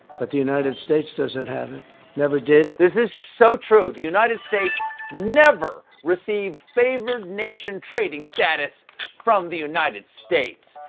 but the united states doesn't have it never did. stephen this is so true. the united states never received favored nation trading status from the united states.